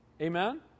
Amen